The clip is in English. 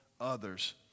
others